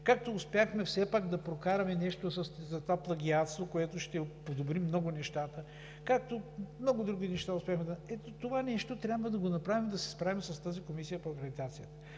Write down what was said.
както успяхме все пак да прокараме нещо за това плагиатство, което ще подобри много нещата, както много други неща успяхме да направим, трябва да направим и това нещо – да се справим с тази комисия по акредитация.